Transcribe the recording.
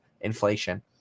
inflation